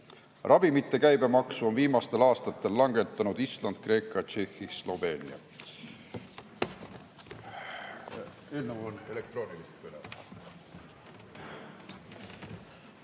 Ravimite käibemaksu on viimastel aastatel langetanud Island, Kreeka, Tšehhi ja Sloveenia.